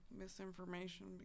misinformation